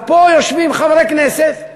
אז פה יושבים חברי כנסת,